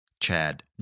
Chad